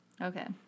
Okay